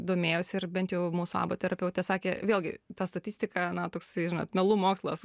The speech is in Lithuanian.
domėjausi ir bent jau mūsų aba terapeutė sakė vėlgi ta statistika na toksai žinot melų mokslas